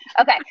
Okay